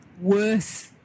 worth –